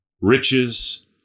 riches